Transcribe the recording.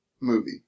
movie